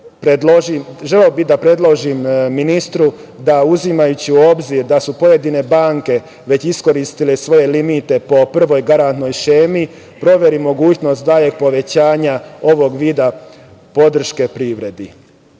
bih da predložim ministru da, uzimajući u obzir da su pojedine banke već iskoristile svoje limite po prvoj garantnoj šemi, proveri mogućnost da je povećanje ovog vida podrške privredi. Na